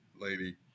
lady